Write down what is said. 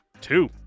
two